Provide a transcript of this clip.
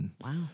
Wow